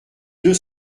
deux